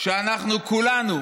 שאנחנו כולנו